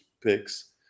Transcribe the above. picks